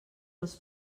els